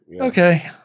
Okay